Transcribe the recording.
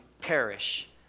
perish